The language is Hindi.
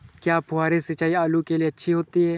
क्या फुहारी सिंचाई आलू के लिए अच्छी होती है?